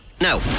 Now